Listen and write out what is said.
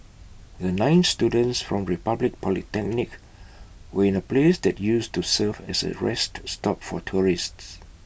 the nine students from republic polytechnic were in A place that used to serve as A rest stop for tourists